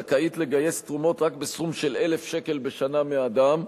זכאית לגייס תרומות רק בסכום של 1,000 שקל בשנה מאדם,